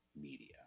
media